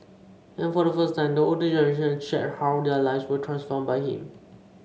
and for the first time the older generation shared how their lives were transformed by him